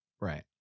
Right